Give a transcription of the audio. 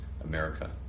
America